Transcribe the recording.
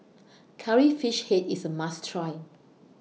Curry Fish Head IS A must Try